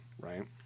right